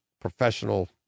professional